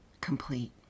complete